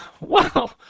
Wow